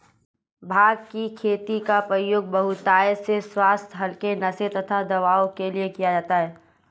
भांग की खेती का प्रयोग बहुतायत से स्वास्थ्य हल्के नशे तथा दवाओं के लिए किया जाता है